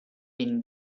been